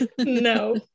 No